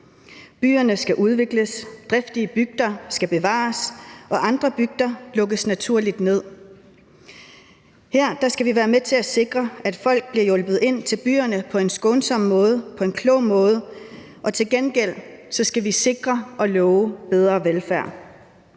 Byerne skal udvikles. Driftige bygder skal bevares, og andre bygder lukkes naturligt ned. Her skal vi være med til at sikre, at folk bliver hjulpet ind til byerne på en skånsom måde, på en klog måde, og til gengæld skal vi sikre og love bedre velfærd.